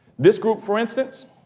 this group, for instance,